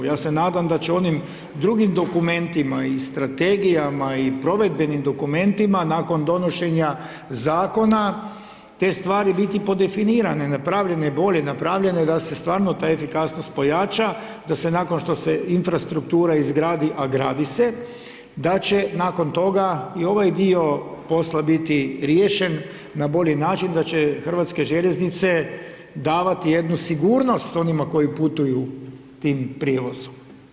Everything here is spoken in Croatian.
Ja se nadam da će onim drugim dokumentima i strategijama i provedbenim dokumentima nakon donošenja zakona te stvari biti podefinirane, napravljene bolje, napravljene da se stvarno ta efikasnost pojača, da se nakon što se infrastruktura izgradi, a gradi se, da će nakon toga i ovaj dio posla biti riješen na bolji način, da će Hrvatske željeznice davati jednu sigurnost onima koji putuju tim prijevozom.